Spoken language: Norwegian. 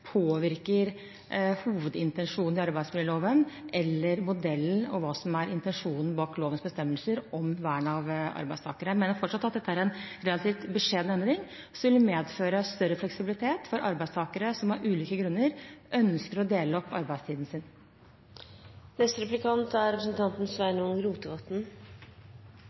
påvirker hovedintensjonen i arbeidsmiljøloven eller modellen og hva som er intensjonen bak lovens bestemmelser om vern av arbeidstakere. Jeg mener fortsatt at dette er en relativt beskjeden endring, som vil medføre større fleksibilitet for arbeidstakere som av ulike grunner ønsker å dele opp arbeidstiden sin. Eg vil òg starte med å seie at eg er